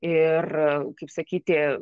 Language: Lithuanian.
ir kaip sakyti